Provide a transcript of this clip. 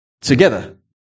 Together